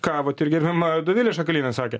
ką vat ir gerbiama dovilė šakalienė sakė